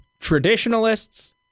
traditionalists